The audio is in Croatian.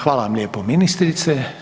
Hvala vam lijepo ministrice.